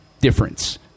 difference